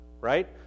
right